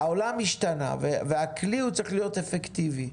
העולם השתנה והכלי צריך להיות אפקטיבי.